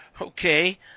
Okay